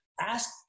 ask